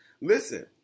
Listen